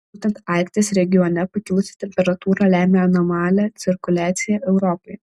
būtent arkties regione pakilusi temperatūra lemia anomalią cirkuliaciją europoje